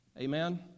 Amen